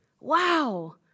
Wow